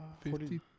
Fifty